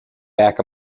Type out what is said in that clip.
back